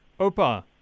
Opa